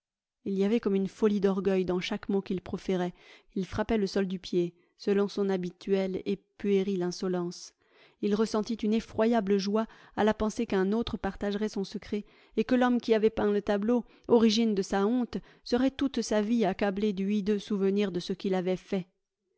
il y avait comme une folie d'orgueil dans chaque mot qu'il proférait il frappait le sol du pied selon son habituelle et puérile insolence il ressentit une effroyable joie à la pensée qu'un autre partagerait son secret et que l'homme qui avait peint le tableau origine de sa honte serait toute sa vie accablé du hideux souvenir de ce qu'il avait fait